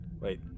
Wait